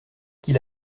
qu’il